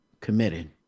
committed